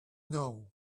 know